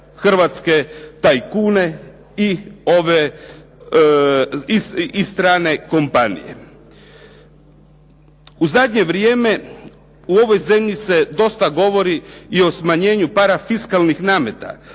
hrvatske tajkune i ove i strane kompanije. U zadnje vrijeme u ovoj zemlji se dosta govori i o smanjenju parafiskalnih nameta,